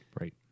Right